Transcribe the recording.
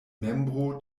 membro